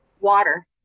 water